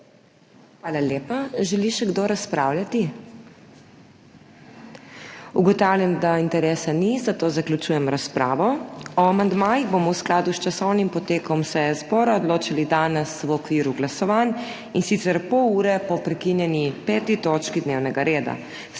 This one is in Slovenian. Hvala lepa. Želi še kdo razpravljati? Ugotavljam, da interesa ni, zato zaključujem razpravo. O amandmajih bomo v skladu s časovnim potekom seje zbora odločali danes v okviru glasovanj, in sicer pol ure po prekinjeni 5. točki dnevnega reda.